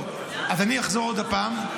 טוב, אז אני אחזור עוד פעם.